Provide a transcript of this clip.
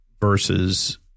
Versus